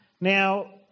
Now